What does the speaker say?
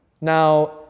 Now